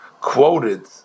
quoted